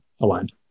aligned